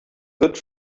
good